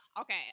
Okay